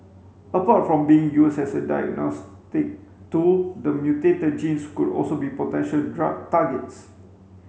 apart from being used as a diagnostic tool the mutated genes could also be potential drug targets